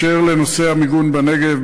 בקשר לנושא המיגון בנגב,